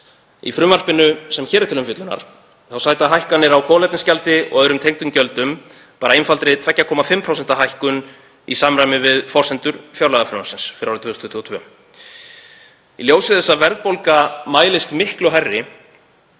Í frumvarpinu sem hér er til umfjöllunar sæta hækkanir á kolefnisgjaldi og öðrum tengdum gjöldum einfaldri 2,5% hækkun í samræmi við forsendur fjárlagafrumvarpsins fyrir árið 2022. Í ljósi þess að verðbólga mælist miklu hærri